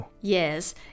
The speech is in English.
Yes